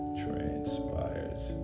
transpires